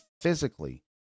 physically